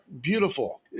Beautiful